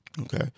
Okay